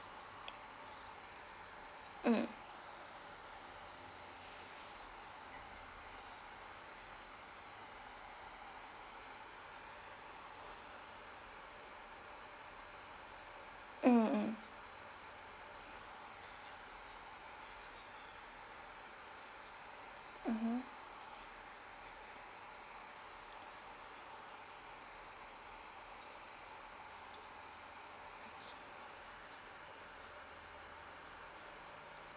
mm mm mm mmhmm